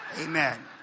Amen